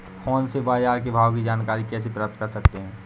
Phone से बाजार के भाव की जानकारी कैसे प्राप्त कर सकते हैं?